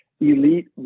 Elite